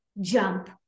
jump